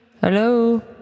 Hello